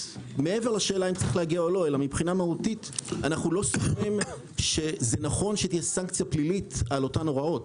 אנו לא סוברים שנכון שתהיה סנקציה פלילית על אותן הוראות.